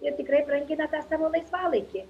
ir tikrai brangina tą savo laisvalaikį